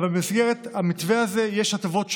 אבל במסגרת המתווה הזה יש הטבות שונות,